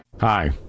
Hi